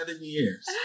years